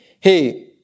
hey